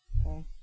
Okay